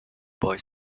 boy